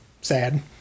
sad